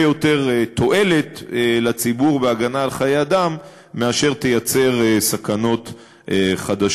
יותר תועלת לציבור בהגנה על חיי אדם מאשר תייצר סכנות חדשות.